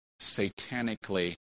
satanically